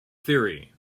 theory